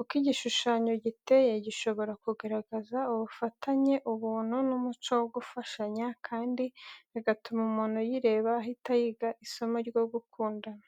Uko igishushanyo giteye, gishobora kugaragaza ubufatanye, ubuntu n'umuco wo gufashanya, kandi bigatuma umuntu uyireba ahita yiga isomo ryo gukundana.